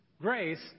Grace